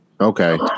Okay